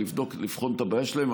ולבחון את הבעיה שלהם.